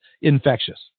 infectious